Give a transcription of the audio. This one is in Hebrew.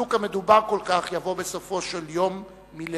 החיזוק המדובר כל כך יבוא בסופו של יום מלמטה,